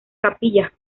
capillas